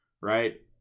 right